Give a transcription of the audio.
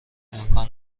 امکان